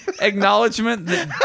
acknowledgement